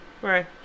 Right